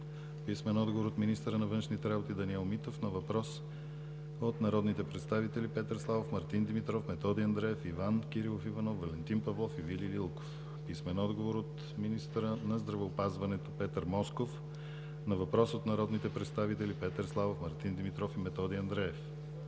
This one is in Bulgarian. писмен отговор от министъра на външните работи Даниел Митов на въпрос от народните представители Петър Славов, Мартин Димитров, Методи Андреев, Иван Кирилов Иванов, Валентин Павлов и Вили Лилков; - писмен отговор от министъра на здравеопазването Петър Москов на въпрос от народните представители Петър Славов, Мартин Димитров и Методи Андреев;